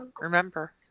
Remember